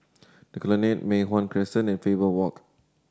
The Colonnade Mei Hwan Crescent and Faber Walk